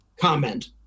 Comment